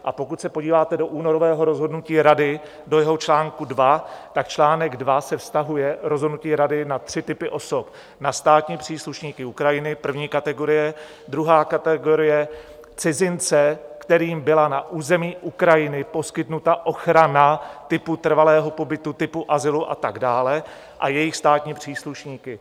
A pokud se podíváte do únorového rozhodnutí Rady, do jeho článku 2, tak článek 2 rozhodnutí Rady se vztahuje na tři typy osob: na státní příslušníky Ukrajiny první kategorie, druhá kategorie cizince, kterým byla na území Ukrajiny poskytnuta ochrana typu trvalého pobytu, typu azylu a tak dále, a jejich státní příslušníky.